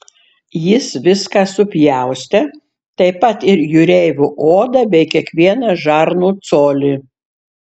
jis viską supjaustė taip pat ir jūreivio odą bei kiekvieną žarnų colį